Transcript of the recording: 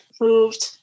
moved